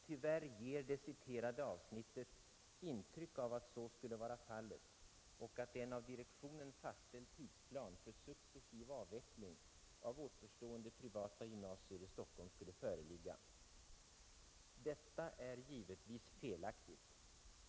Tyvärr ger det citerade avsnittet intryck av att så skulle vara fallet och att en av direktionen fastställd tidsplan för successiv avveckling av återstående privata gymnasier i Stockholm skulle föreligga. Detta är givetvis felaktigt.